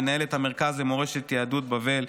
מנהלת המרכז למורשת יהדות בבל,